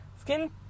Skin